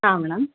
ಹಾಂ ಮೇಡಮ್